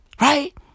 right